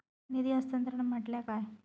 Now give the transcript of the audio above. निधी हस्तांतरण म्हटल्या काय?